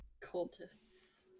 Cultists